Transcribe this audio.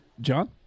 John